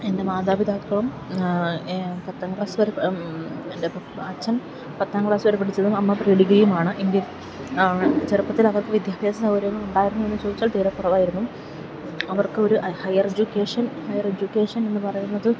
എൻ്റെ മാതാപിതാക്കളും പത്താം ക്ലാസ് വരെ എൻ്റെ അച്ഛൻ പത്താം ക്ലാസ് വരെ പഠിച്ചതും അമ്മ പ്രീഡിഗ്രിയുമാണ് എന്റെ ചെറുപ്പത്തിലവർക്ക് വിദ്യാഭ്യാസ സൗകര്യങ്ങൾ ഉണ്ടായിരുന്നോ എന്നു ചോദിച്ചാൽ തീരെക്കുറവായിരുന്നു അവർക്ക് ഒരു ഹയർ എജ്യൂക്കേഷൻ എന്നു പറയുന്നത്